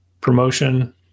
promotion